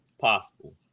possible